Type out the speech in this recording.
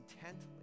intently